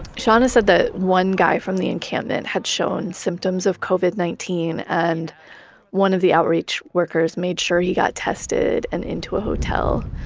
shauna said the one guy from the encampment had shown symptoms of covid nineteen and one of the outreach workers made sure he got tested and into a hotel.